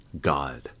God